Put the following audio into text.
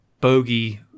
bogey